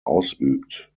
ausübt